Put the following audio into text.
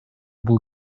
бул